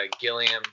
Gilliam